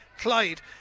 Clyde